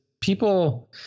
people